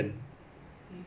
those 很像